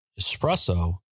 espresso